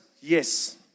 yes